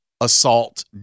assault